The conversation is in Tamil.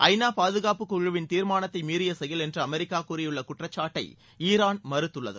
ஐநா பாதுகாப்புக்குழுவின் தீர்மானத்தை மீறிய செயல் என்று அமெரிக்கா கூறியுள்ள குற்றச்சாட்டை ஈரான் மறுத்துள்ளது